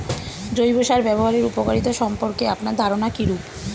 জৈব সার ব্যাবহারের উপকারিতা সম্পর্কে আপনার ধারনা কীরূপ?